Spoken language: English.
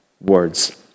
words